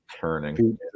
Turning